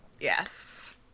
yes